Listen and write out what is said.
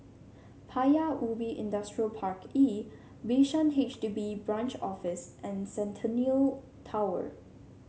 Paya Ubi Industrial Park E Bishan H D B Branch Office and Centennial Tower